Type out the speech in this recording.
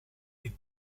les